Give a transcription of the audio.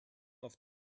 auf